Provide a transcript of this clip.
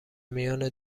میان